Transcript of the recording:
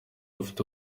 afite